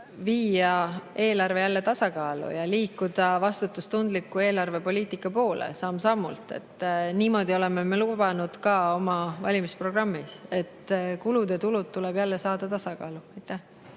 viia eelarve jälle tasakaalu ja liikuda vastutustundliku eelarvepoliitika poole samm-sammult. Me oleme lubanud ka oma valimisprogrammis, et kulud ja tulud tuleb jälle saada tasakaalu. Ester